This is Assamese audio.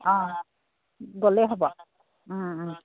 অঁ গ'লেই হ'ব